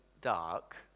dark